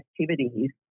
activities